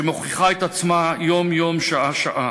שמוכיחה את עצמה יום-יום שעה-שעה.